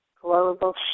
global